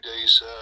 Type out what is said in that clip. days